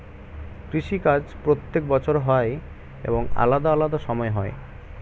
কৃষি কাজ প্রত্যেক বছর হয় এবং আলাদা আলাদা সময় হয়